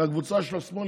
מהקבוצה של השמאל,